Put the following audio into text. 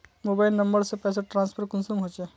Mobile number से पैसा transfer कुंसम होचे?